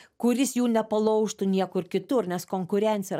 kuris jų nepalaužtų niekur kitur nes konkurencija